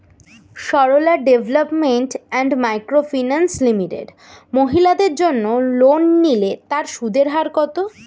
Sarala development and micro finance limited মহিলাদের জন্য loan নিলে তার সুদের হার কত?